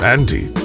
Andy